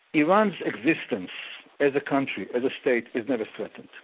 iran's existence as a country, as a state, is never threatened.